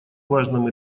важном